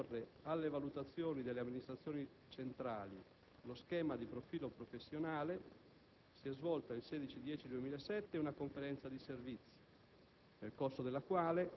Al fine di sottoporre alle valutazioni delle amministrazioni centrali lo schema di profilo professionale, si è svolta il 16 ottobre 2007 una Conferenza di servizi,